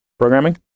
Programming